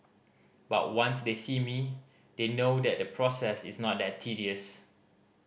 but once they see me they know that the process is not that tedious